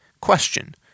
Question